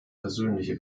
persönliche